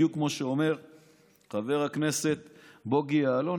בדיוק כמו שאומר חבר הכנסת בוגי יעלון.